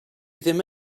ddim